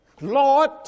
Lord